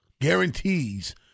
guarantees